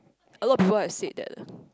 a lot people have said that lah